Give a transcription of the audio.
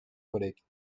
collègues